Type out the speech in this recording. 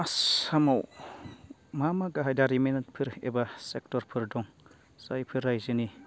आसामाव मा मा गाहाय दारिमिफोर एबा सेक्ट'रफोर दं जायफोर रायजोनि